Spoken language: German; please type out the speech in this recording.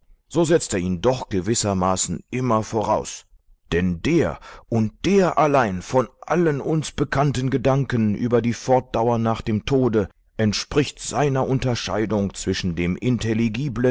so setzt er ihn doch gewissermaßen immer voraus denn der und der allein von allen uns bekannten gedanken über die fortdauer nach dem tode entspricht seiner unterscheidung zwischen einem